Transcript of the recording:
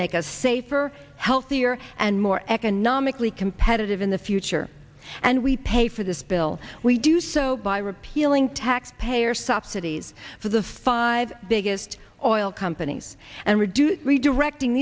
make us safer healthier and more economically competitive in the future and we pay for this bill we do so by repealing taxpayer subsidies for the five biggest oil companies and reduce redirecting